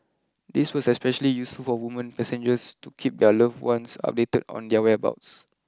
this was especially useful for women passengers to keep their loved ones updated on their whereabouts